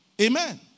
Amen